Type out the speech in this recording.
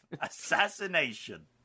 Assassination